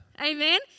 Amen